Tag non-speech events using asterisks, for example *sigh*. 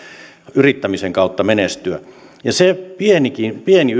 yrittämisen kautta menestyä ja se pieni *unintelligible*